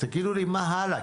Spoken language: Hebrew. תגידו לי מה הלאה,